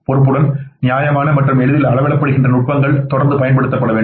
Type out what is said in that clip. பொறுப்புடன் நியாயமான மற்றும் எளிதில் அளவிடப்படுகிற நுட்பங்கள் தொடர்ந்து பயன்படுத்தப்பட வேண்டும்